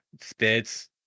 spits